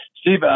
Steve